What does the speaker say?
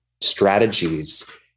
strategies